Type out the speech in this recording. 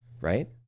right